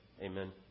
Amen